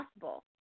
possible